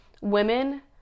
women